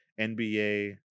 NBA